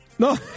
No